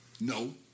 No